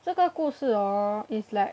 这个故事 hor is like